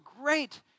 great